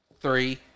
Three